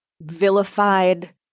vilified